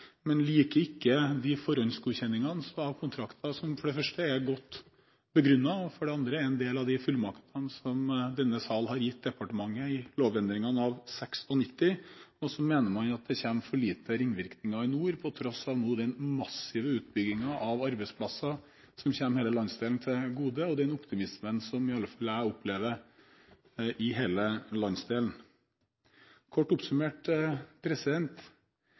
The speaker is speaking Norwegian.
men liker ikke de forhåndsgodkjenningene av kontrakter som for det første er godt begrunnet, og for det andre er en del av de fullmaktene som denne sal har gitt departementet i lovendringene av 1996. Så mener man at det kommer for lite ringvirkninger i nord, på tross av den massive utbyggingen av arbeidsplasser som kommer denne landsdelen til gode, og den optimismen som i alle fall jeg opplever i hele landsdelen. Kort oppsummert: